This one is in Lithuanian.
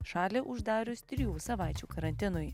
šalį uždarius trijų savaičių karantinui